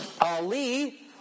Ali